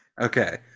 Okay